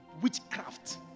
witchcraft